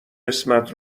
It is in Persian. قسمت